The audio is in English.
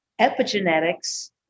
Epigenetics